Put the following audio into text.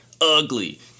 ugly